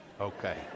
Okay